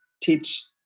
teach